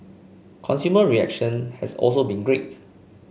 consumer reaction has also been great